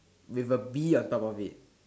with a bee on top of it